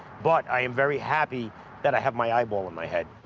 but i am very happy that i have my eyeball in my head.